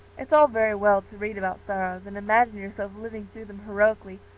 it's all very well to read about sorrows and imagine yourself living through them heroically,